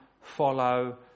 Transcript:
follow